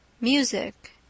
MUSIC